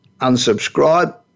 unsubscribe